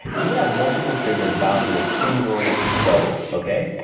you can have multiple triggers bound to a single flow, okay?